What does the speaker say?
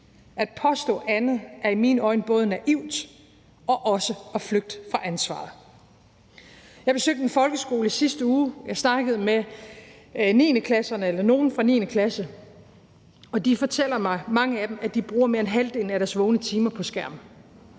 At påstå andet er i mine øjne både naivt og at flygte fra ansvaret. Kl. 09:31 Jeg besøgte en folkeskole i sidste uge, og jeg snakkede med nogle fra 9. klasse, og mange af dem fortalte mig, at de bruger mere end halvdelen af deres vågne timer på skærm